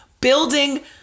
building